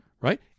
right